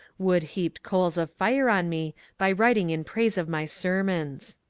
wood heaped coals of fire on me by writing in praise of my sermons.